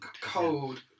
cold